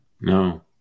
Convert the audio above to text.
No